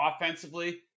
Offensively